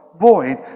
void